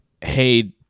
Hey